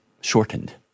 shortened